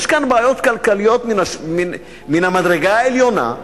יש כאן בעיות כלכליות מן המדרגה העליונה,